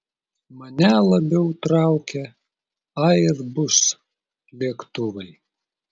mane labiau traukia airbus lėktuvai